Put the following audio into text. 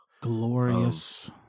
Glorious